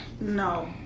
no